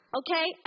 okay